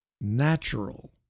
natural